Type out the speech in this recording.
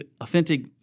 authentic